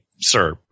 sir